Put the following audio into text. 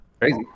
crazy